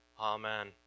Amen